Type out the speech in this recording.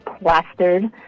plastered